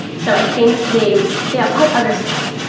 so i think they they acquired other skills.